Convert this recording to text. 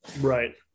right